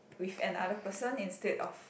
with another person instead of